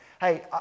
Hey